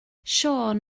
siôn